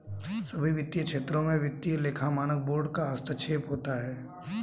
सभी वित्तीय क्षेत्रों में वित्तीय लेखा मानक बोर्ड का हस्तक्षेप होता है